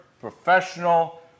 professional